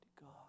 God